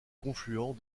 confluent